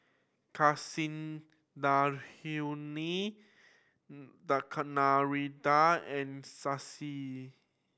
Kasinadhuni Narendra and Shashi